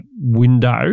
window